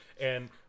And-